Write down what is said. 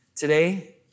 Today